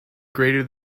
greater